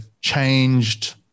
changed